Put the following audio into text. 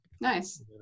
Nice